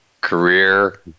career